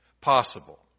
possible